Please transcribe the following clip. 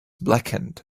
blackened